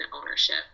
ownership